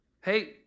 Hey